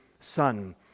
Son